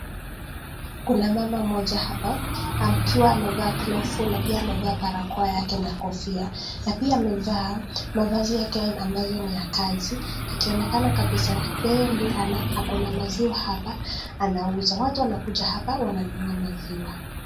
Kuna mama mmoja hapa akiwa amevaa glovu na pia amevaa barakoa yake na kofia na pia amevaa mavazi yake ambazo ni ya kazi, akionekana kabisa yeye ndiye akona maziwa hapa anauza. Watu wanakuja hapa wananunua maziwa.